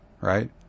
right